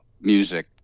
music